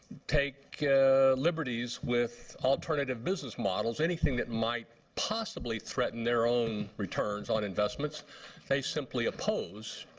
take liberties with alternative business models, anything that might possibly threaten their own returns on investment they simply oppose.